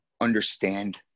understand